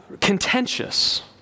contentious